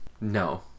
No